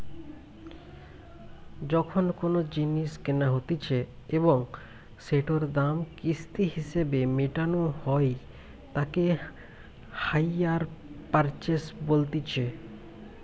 যখন কোনো জিনিস কেনা হতিছে এবং সেটোর দাম কিস্তি হিসেবে মেটানো হই তাকে হাইয়ার পারচেস বলতিছে